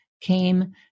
came